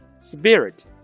Spirit